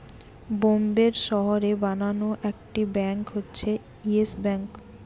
বোম্বের শহরে বানানো একটি ব্যাঙ্ক হচ্ছে ইয়েস ব্যাঙ্ক